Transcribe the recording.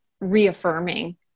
reaffirming